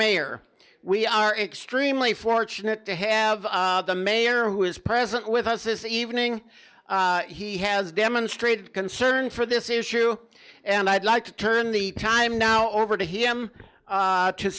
mayor we are extremely fortunate to have the mayor who is present with us this evening he has demonstrated concern for this issue and i'd like to turn the time now over to him